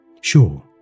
Sure